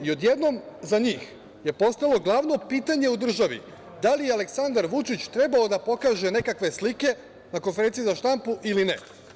I odjednom za njih je postalo glavno pitanje u državi – da li je Aleksandar Vučić trebao da pokaže nekakve slike na konferenciji za štampu ili ne?